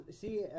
see